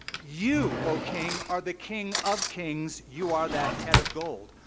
you, o king, are the king of kings you are that head of gold.